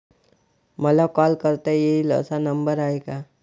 मला कॉल करता येईल असा नंबर आहे का?